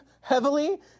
heavily